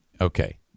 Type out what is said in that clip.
Okay